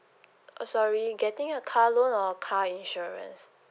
oh sorry getting a car loan or car insurance